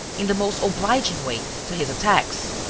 in the most obliging way, to his attacks.